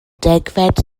degfed